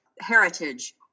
heritage